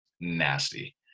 nasty